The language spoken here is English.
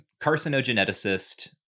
carcinogeneticist